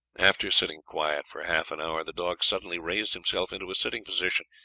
after sitting quiet for half an hour the dog suddenly raised himself into a sitting position,